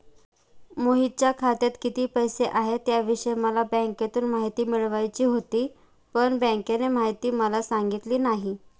मोहितच्या खात्यात किती पैसे आहेत याविषयी मला बँकेतून माहिती मिळवायची होती, पण बँकेने माहिती मला सांगितली नाही